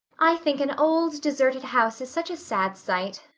i think an old, deserted house is such a sad sight,